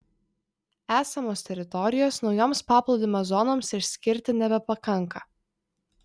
esamos teritorijos naujoms paplūdimio zonoms išskirti nebepakanka